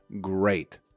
great